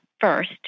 First